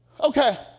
Okay